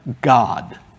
God